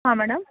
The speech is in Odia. ହଁ ମ୍ୟାଡ଼ାମ୍